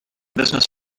business